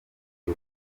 uyu